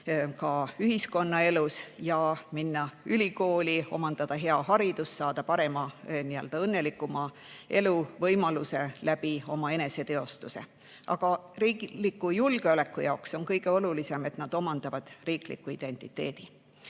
ja ühiskonnaelus, minna ülikooli, omandada hea haridus, saada parema, õnnelikuma elu võimalus oma eneseteostuse kaudu. Aga riikliku julgeoleku jaoks on kõige olulisem, et nad omandavad riigiidentiteedi.